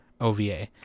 OVA